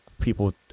people